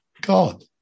God